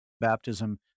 baptism